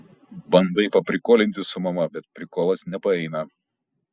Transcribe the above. bandai paprikolinti su mama bet prikolas nepaeina